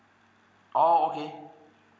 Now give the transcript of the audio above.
oh okay